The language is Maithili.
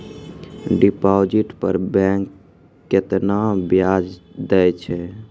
डिपॉजिट पर बैंक केतना ब्याज दै छै?